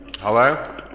Hello